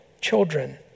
children